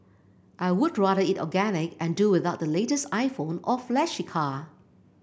I would rather eat organic and do without the latest iPhone or flashy car